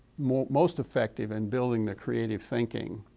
most most effective in building the creative thinking,